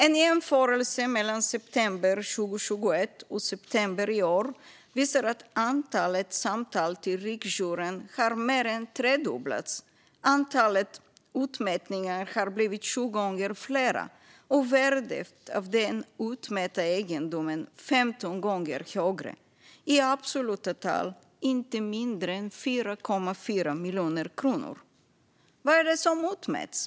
En jämförelse mellan september 2021 och september i år visar att antalet samtal till riksjouren mer än tredubblats, antalet utmätningar blivit sju gånger större och värdet på den utmätta egendomen blivit 15 gånger högre. I absoluta tal är det fråga om inte mindre än 4,4 miljoner kronor. Vad är det som utmäts?